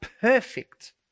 perfect